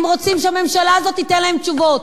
הם רוצים שהממשלה הזאת תיתן להם תשובות.